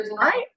right